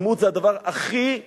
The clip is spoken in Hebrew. אימוץ זה הדבר הכי נפלא,